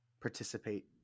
participate